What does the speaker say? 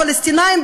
הפלסטינים,